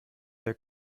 der